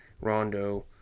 Rondo